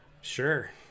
Sure